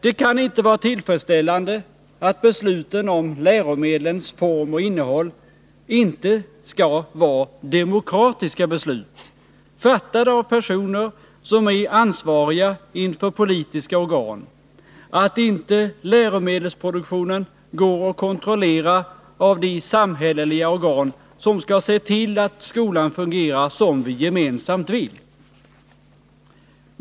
Det kan inte vara tillfredsställande att besluten om läromedlens form och innehåll inte skall vara demokratiska beslut, fattade av personer som är ansvariga inför politiska organ, att inte läromedelsproduktionen kan kontrolleras av de samhälleliga organ som skall se till att skolan fungerar som vi gemensamt vill.